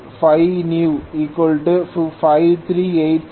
8